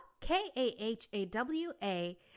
K-A-H-A-W-A